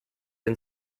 den